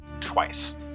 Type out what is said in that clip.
twice